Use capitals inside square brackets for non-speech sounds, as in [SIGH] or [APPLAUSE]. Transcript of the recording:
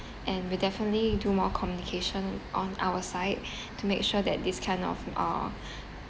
and we definitely do more communication on our side [BREATH] to make sure that this kind of ah [BREATH]